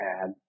add